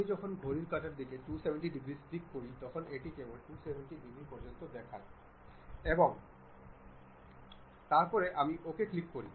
আমি যখন ঘড়ির কাঁটার দিকে 270 ডিগ্রি ক্লিক করি তখন এটি কেবল 270 ডিগ্রি পর্যন্ত দেখায় এবং তারপর আমি OK ক্লিক করি